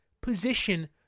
position